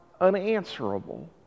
unanswerable